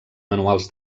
manuals